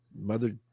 mother